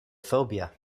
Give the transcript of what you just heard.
phobia